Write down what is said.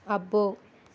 అబ్బో